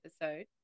episode